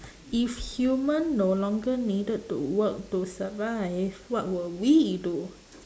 if human no longer needed to work to survive what will we do